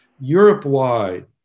Europe-wide